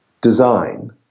design